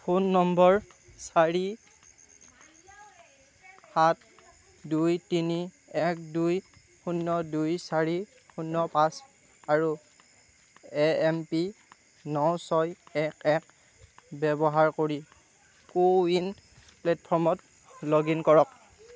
phone নম্বৰ চাৰি সাত দুই তিনি এক দুই শূন্য দুই চাৰি শূন্য পাঁচ আৰু এ এম পি ন ছয় এক এক ব্যৱহাৰ কৰি কো ৱিন প্লেটফ'ৰ্মত লগ ইন কৰক